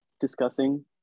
discussing